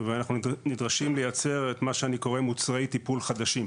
ואנחנו נדרשים לייצר את מה שאני קורא מוצרי טיפול חדשים.